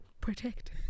Protect